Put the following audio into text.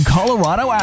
Colorado